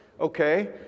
okay